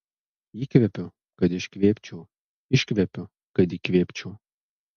įkvepiu kad iškvėpčiau iškvepiu kad įkvėpčiau